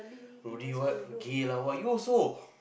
Rodi what gay lah what you also